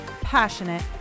passionate